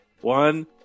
One